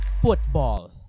Football